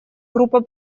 группа